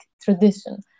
tradition